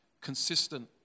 consistent